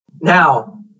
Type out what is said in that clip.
Now